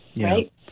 Right